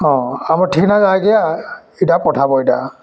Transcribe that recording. ହଁ ଆମର୍ ଠିକ୍ନାକେ ଆଜ୍ଞା ଇଟା ପଠାବ ଇଟା